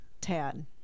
tad